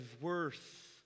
worth